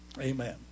Amen